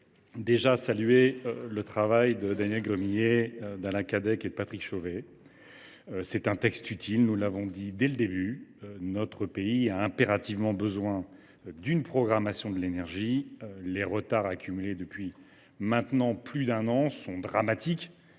saluer le travail de Daniel Gremillet, d’Alain Cadec et de Patrick Chauvet. Ce texte est utile, car, comme nous l’avons dit dès le début, notre pays a impérativement besoin d’une programmation de l’énergie. Les retards accumulés depuis maintenant plus d’un an sont dramatiques.